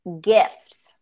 gifts